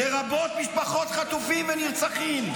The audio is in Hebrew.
לרבות משפחות חטופים ונרצחים,